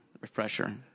refresher